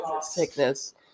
Sickness